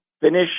finish